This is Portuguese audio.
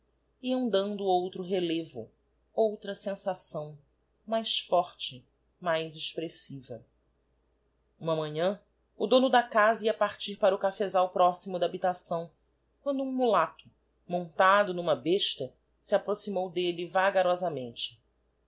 dando outro relevo outra sensação mais forte mais expressiva uma manhã o dono da casa ia partir para o cafesal próximo da habitação quando um mulato montado n'uma besta se approximou d'elle vagarosamente